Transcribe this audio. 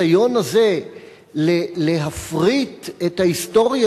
האם הניסיון הזה להפריט את ההיסטוריה